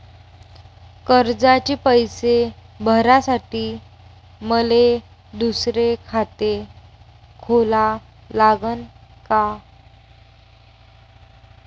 कर्जाचे पैसे भरासाठी मले दुसरे खाते खोला लागन का?